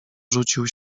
rzucił